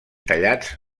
tallats